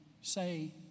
say